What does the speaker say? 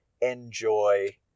enjoy